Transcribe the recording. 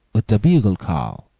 with the bugle-call.